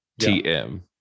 tm